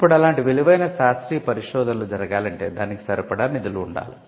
ఇప్పుడు అలాంటి విలువైన శాస్త్రీయ పరిశోధనలు జరగాలంటే దానికి సరిపడా నిధులు ఉండాలి